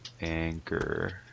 Anchor